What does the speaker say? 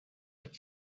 had